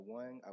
one